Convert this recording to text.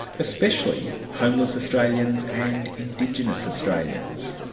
especially homeless australians, and indigenous australians.